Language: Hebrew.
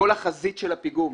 החזית של הפיגום.